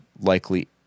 likely